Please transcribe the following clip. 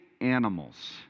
animals